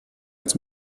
als